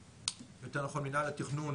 בנוסף, אנחנו ומנהל התכנון